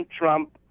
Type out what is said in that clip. Trump